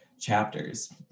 chapters